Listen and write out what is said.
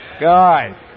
God